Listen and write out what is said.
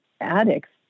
addicts